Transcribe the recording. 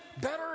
better